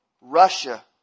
Russia